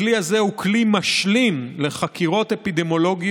הכלי הזה הוא כלי משלים לחקירות אפידמיולוגיות,